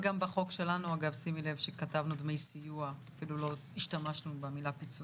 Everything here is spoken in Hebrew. שימי לב שבחוק שלנו כתבנו "דמי סיוע" ולא השתמשנו במילה "פיצויים".